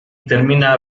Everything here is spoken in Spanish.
termina